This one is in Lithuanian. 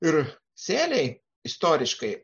ir sėliai istoriškai